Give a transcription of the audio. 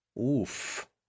Oof